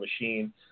machine